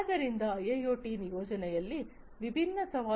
ಆದ್ದರಿಂದ ಐಐಒಟಿ ನಿಯೋಜನೆಯಲ್ಲಿ ವಿಭಿನ್ನ ಸವಾಲುಗಳಿವೆ